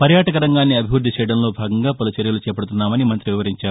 పర్యాటక రంగాన్ని అభివృద్ది చేయడంలో భాగంగా పలు చర్యలు చేపడుతున్నామని మంతి వివరించారు